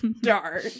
dark